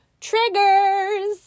triggers